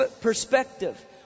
perspective